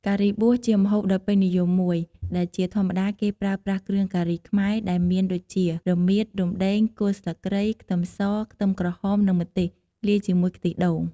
ការីបួសជាម្ហូបដ៏ពេញនិយមមួយ ដែលជាធម្មតាគេប្រើប្រាស់គ្រឿងការីខ្មែរដែលមានដូចជា រមៀត រំដេង គល់ស្លឹកគ្រៃ ខ្ទឹមស ខ្ទឹមក្រហម និងម្ទេស លាយជាមួយខ្ទិះដូង។